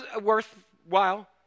worthwhile